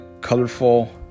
colorful